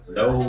no